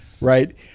Right